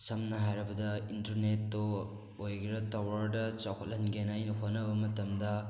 ꯁꯝꯅ ꯍꯥꯏꯔꯕꯗ ꯏꯟꯇꯔꯅꯦꯠꯇꯣ ꯑꯣꯏꯒꯦꯔꯥ ꯇꯥꯋꯔꯗ ꯆꯥꯎꯈꯠꯍꯟꯒꯦꯅ ꯑꯩꯅ ꯍꯣꯠꯅꯕ ꯃꯇꯝꯗ